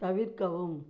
தவிர்க்கவும்